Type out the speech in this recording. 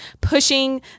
pushing